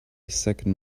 second